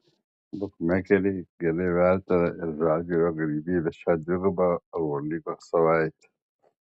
bukmekeriai gerai vertina ir žalgirio galimybes šią dvigubą eurolygos savaitę